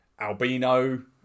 albino